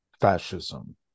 fascism